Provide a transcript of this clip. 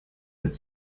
mit